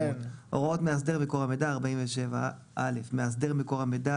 47.הוראות מאסדר מקור המידע מאסדר מקור מידע,